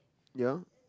ya